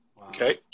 okay